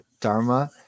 Dharma